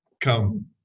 come